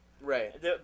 Right